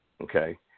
Okay